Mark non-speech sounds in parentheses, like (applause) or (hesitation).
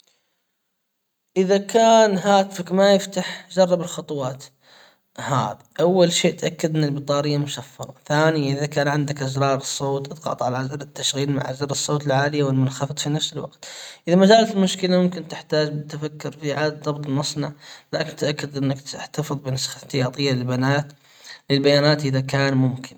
إذا كان هاتفك ما يفتح جرب الخطوات هذا اول شيء تأكد ان البطارية مشفرة ثانيًا إذا كان عندك زرار صوت اضغط على زر التشغيل مع زر الصوت العالي والمنخفض في نفس الوقت إذا ما زالت المشكلة ممكن تحتاج التفكر في اعادة ضبط المصنع لكن تأكد انك الاحتياطية (hesitation) للبيانات اذا كان ممكن